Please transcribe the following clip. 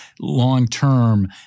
long-term